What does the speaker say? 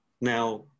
Now